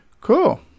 Cool